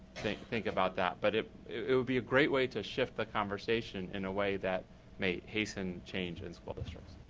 think think about that. but it it would be a great way to shift the conversation in a way that may hasten change in school districts.